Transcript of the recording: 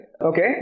Okay